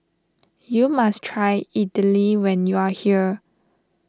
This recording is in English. you must try Idili when you are here